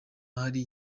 hari